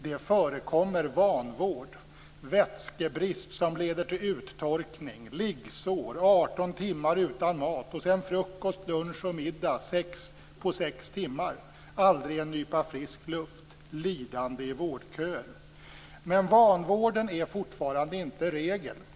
Det förekommer vanvård, vätskebrist som leder till uttorkning, liggsår, 18 timmar utan mat och sedan frukost, lunch och middag på 6 timmar, aldrig en nypa frisk luft, lidande i vårdköer. Men vanvården är fortfarande inte regel.